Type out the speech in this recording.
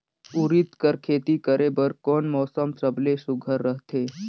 उरीद कर खेती करे बर कोन मौसम सबले सुघ्घर रहथे?